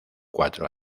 cuatro